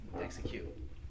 execute